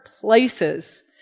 places